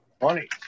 twenty